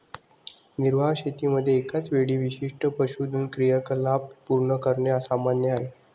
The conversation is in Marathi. निर्वाह शेतीमध्ये एकाच वेळी विशिष्ट पशुधन क्रियाकलाप पूर्ण करणे सामान्य आहे